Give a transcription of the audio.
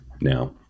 now